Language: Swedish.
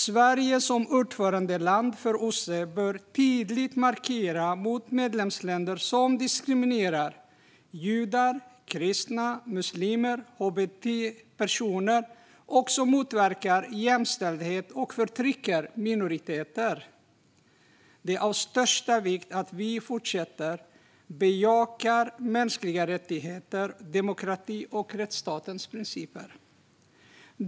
Sverige bör som ordförandeland för OSSE tydligt markera mot medlemsländer som diskriminerar judar, kristna, muslimer och hbt-personer och som motverkar jämställdhet och förtrycker minoriteter. Det är av största vikt att vi fortsätter att bejaka mänskliga rättigheter, demokrati och rättsstatens principer.